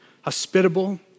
hospitable